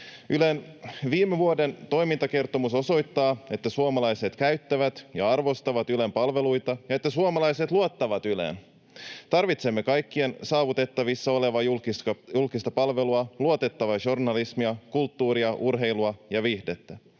Ylen viime vuoden toimintakertomus osoittaa, että suomalaiset käyttävät ja arvostavat Ylen palveluita ja että suomalaiset luottavat Yleen. Tarvitsemme kaikkien saavutettavissa olevaa julkista palvelua, luotettavaa journalismia, kulttuuria, urheilua ja viihdettä.